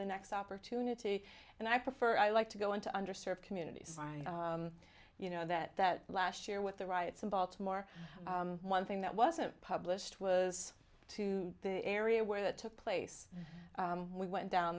the next opportunity and i prefer i like to go into under served communities you know that that last year with the riots in baltimore one thing that wasn't published was to the area where that took place we went down